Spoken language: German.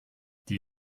die